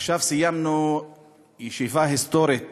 עכשיו סיימנו ישיבה היסטורית